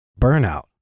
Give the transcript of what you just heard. burnout